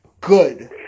good